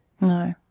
No